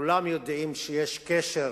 כולם יודעים שיש קשר